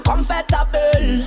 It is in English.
Comfortable